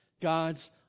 God's